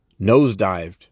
nosedived